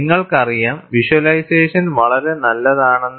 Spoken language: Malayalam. നിങ്ങൾക്കറിയാം വിഷ്വലൈസേഷൻ വളരെ നല്ലതാണെന്ന്